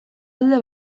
alde